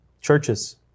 churches